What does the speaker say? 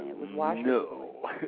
no